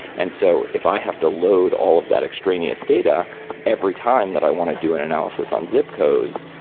and so if i have to load all of that extraneous data every time that i want to do an analysis on zip codes,